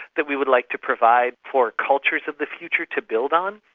that we would like to provide for cultures of the future to build on,